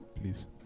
please